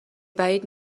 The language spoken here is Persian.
بعید